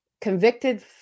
convicted